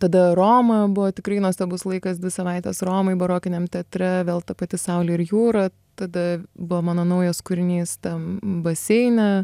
tada romoje buvo tikrai nuostabus laikas dvi savaitės romoj barokiniam teatre vėl ta pati saulė ir jūra tada buvo mano naujas kūrinys tam baseine